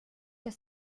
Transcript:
das